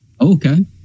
Okay